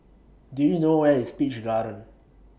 Do YOU know Where IS Peach Garden